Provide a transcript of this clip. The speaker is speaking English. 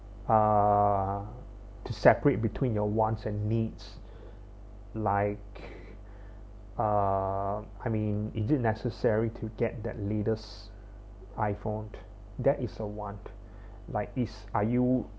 uh to separate between your wants and needs like uh I mean is it necessary to get that latest iphone that is a want like is are you